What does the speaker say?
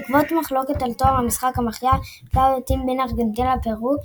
בעקבות מחלוקות על טוהר המשחק המכריע בשלב הבתים בין ארגנטינה לפרו,